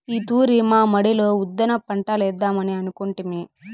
ఈ తూరి మా మడిలో ఉద్దాన పంటలేద్దామని అనుకొంటిమి